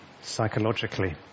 psychologically